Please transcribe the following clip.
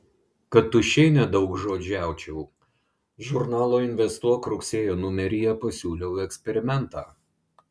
kad tuščiai nedaugžodžiaučiau žurnalo investuok rugsėjo numeryje pasiūliau eksperimentą